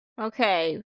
Okay